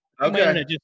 Okay